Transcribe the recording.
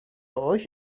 euch